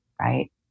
Right